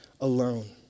alone